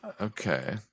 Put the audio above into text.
okay